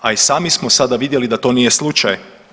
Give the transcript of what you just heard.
A i sami smo sada vidjeli da to nije slučaj.